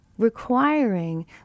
requiring